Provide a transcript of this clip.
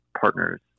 partners